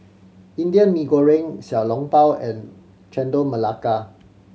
Indian Mee Goreng Xiao Long Bao and Chendol Melaka